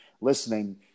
listening